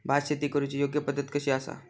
भात शेती करुची योग्य पद्धत कशी आसा?